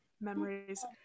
Memories